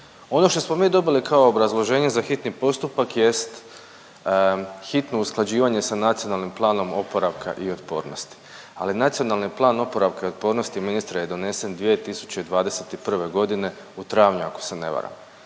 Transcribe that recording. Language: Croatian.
Ono što smo mi dobili kao obrazloženje za hitni postupak jest hitno usklađivanje sa Nacionalnim planom oporavka i otpornosti, ali Nacionalni plan oporavka i otpornosti ministre je donesen ministre 2021. godine u travnju ako se na varam.